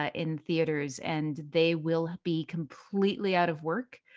ah in theaters, and they will be completely out of work.